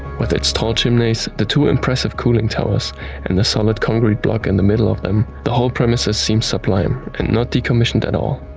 with its tall chimneys, the two impressive cooling towers and the solid concrete block in the middle of them, the whole premises seem sublime and not decommissioned at all.